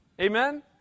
Amen